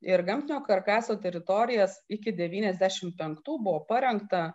ir gamtinio karkaso teritorijas iki devyniasdešimt penktų buvo parengta